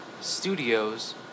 Studios